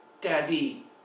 daddy